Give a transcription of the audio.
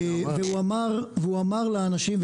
והוא אמר לאנשים,